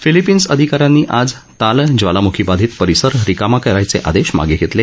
Philippines अधिका यांनी आज ताल ज्वालामुखीबाधित परिसर रिकामा करण्याचे आदेश मागे घेतले